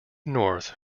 north